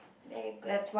very good